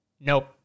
Nope